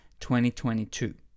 2022